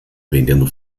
vendendo